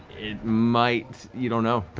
it might, you don't know.